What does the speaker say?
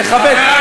תכבד.